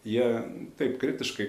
jie taip kritiškai